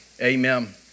Amen